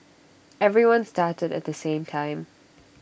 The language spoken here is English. everyone started at the same time